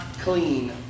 clean